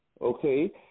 Okay